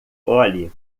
olhe